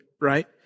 right